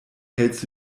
hältst